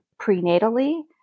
prenatally